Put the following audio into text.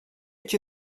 чьи